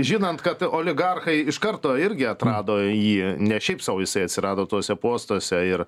žinant kad oligarchai iš karto irgi atrado jį ne šiaip sau jisai atsirado tuose postuose ir